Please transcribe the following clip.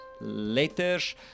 letters